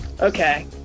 okay